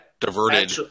diverted